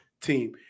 team